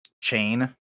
chain